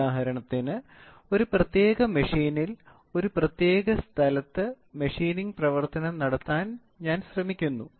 ഉദാഹരണത്തിന് ഒരു പ്രത്യേക മെഷീനിൽ ഒരു പ്രത്യേക സ്ഥലത്ത് മെഷീനിംഗ് പ്രവർത്തനം നടത്താൻ ഞാൻ ശ്രമിക്കുന്നു